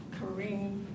Kareem